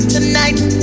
Tonight